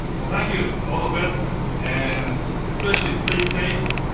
well, thank you. all the best and especially stay safe,